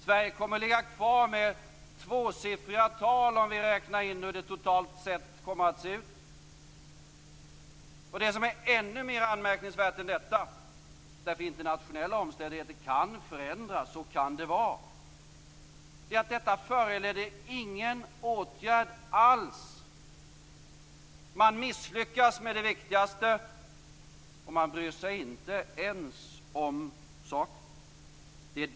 Sverige kommer att ligga kvar på tvåsiffriga tal totalt sett. Men ännu mer anmärkningsvärt är det inte föranleder någon åtgärd alls. Vi vet att internationella omständigheter kan förändras. Men man misslyckas med det viktigaste, och man bryr sig inte ens om saken.